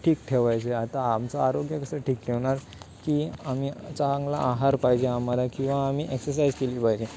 ठीक ठेवायचे आता आमचं आरोग्य कसं ठीक ठेवणार की आम्ही चांगला आहार पाहिजे आम्हाला किंवा आम्ही एक्सरसाइज केली पाहिजे